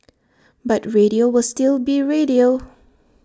but radio will still be radio